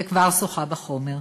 וכבר שוחה בחומר.